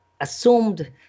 assumed